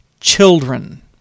children